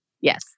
Yes